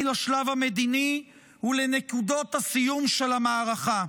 לשלב המדיני ולנקודת הסיום של המערכה.